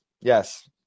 yes